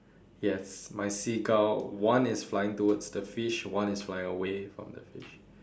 yes my seagull one is flying towards the fish one is flying away from the fish